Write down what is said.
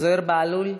זוהיר בהלול,